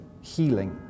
healing